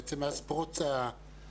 בעצם מאז פרוץ הקורונה